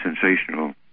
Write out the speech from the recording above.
sensational